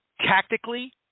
tactically